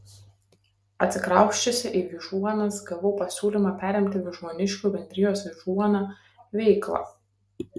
atsikrausčiusi į vyžuonas gavau pasiūlymą perimti vyžuoniškių bendrijos vyžuona veiklą